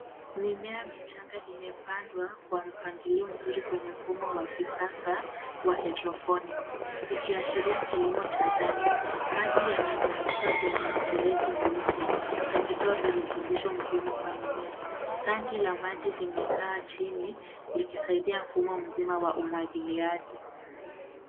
Mimea michanga imepandwa kwa mpangilio mzuri kwenye mfumo wa kisasa wa hydroponics . Ikiashiria kilimo cha ndani maji yanazunguka kwenye mifereji meupe yakitoa virutubisho muhimu kwa mimea. Tanki la maji limekaa chini likisaidia mfumo mzima wa umwagiliaji.